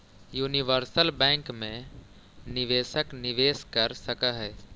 universal bank मैं निवेशक निवेश कर सकऽ हइ